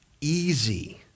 easy